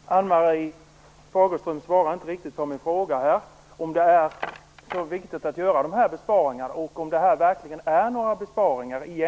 Fru talman! Ann-Marie Fagerström svarade inte riktigt på min fråga, om det är så viktigt att genomföra de här besparingarna och om det här verkligen är några besparingar.